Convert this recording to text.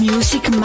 Music